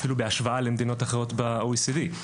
אפילו בהשוואה למדינות אחרות ב-OECD,